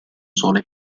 sole